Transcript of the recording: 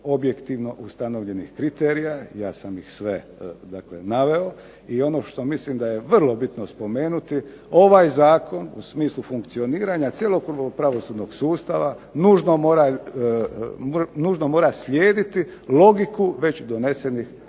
objektivno ustanovljenih kriterija. Ja sam ih sve naveo. I ono što mislim da je vrlo bitno spomenuti, ovaj zakon u smislu funkcioniranja cjelokupnog pravosudnog sustava, nužno mora slijediti logiku već donesenih zakona,